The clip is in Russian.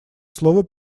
слово